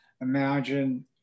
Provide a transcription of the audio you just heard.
imagine